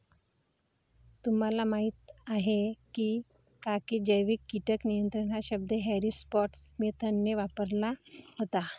तुम्हाला माहीत आहे का की जैविक कीटक नियंत्रण हा शब्द हॅरी स्कॉट स्मिथने वापरला होता?